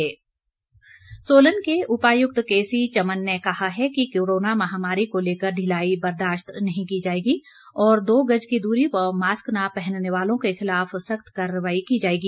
निरीक्षण सोलन के उपायुक्त के सी चमन ने कहा है कि कोरोना महामारी को लेकर ढिलाई बर्दाश्त नहीं की जाएगी और दो गज की दूरी व मास्क न पहनने वालों के खिलाफ सख्त कार्रवाई की जाएगी